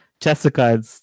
Jessica